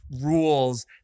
rules